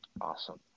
Awesome